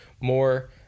more